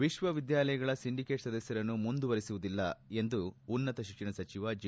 ವಿಶ್ವವಿದ್ಯಾಲಯಗಳ ಸಿಂಡಿಕೇಟ್ ಸದಸ್ಯರನ್ನು ಮುಂದುವರಿಸುವುದಿಲ್ಲ ಎಂದು ಉನ್ನತ ಶಿಕ್ಷಣ ಸಚಿವ ಜಿ